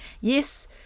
yes